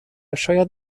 شاید